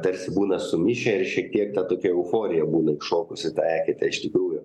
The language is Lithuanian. tarsi būna sumišę ir šiek tiek ta tokia euforija būna įšokus į tą eketę iš tikrųjų